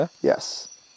Yes